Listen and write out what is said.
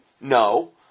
No